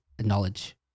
knowledge